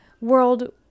world